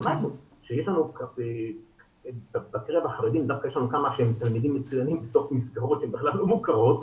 דווקא יש לנו כמה שהם תלמידים מצוינים בתוך מסגרות שהן בכלל לא מוכרות,